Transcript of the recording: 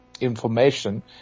information